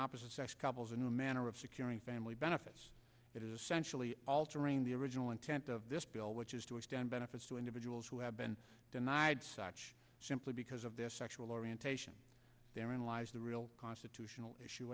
opposite sex couples in a manner of securing family benefits it is essentially altering the original intent of this bill which is to extend benefits to individuals who have been denied such simply because of their sexual orientation therein lies the real constitutional issue